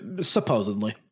Supposedly